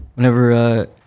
Whenever